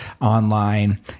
online